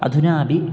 अधुनापि